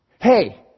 Hey